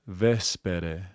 vespere